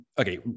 okay